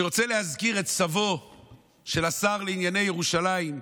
אני רוצה להזכיר את סבו של השר לענייני ירושלים,